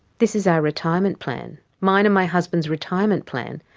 this is our retirement plan, mine and my husband's retirement plan.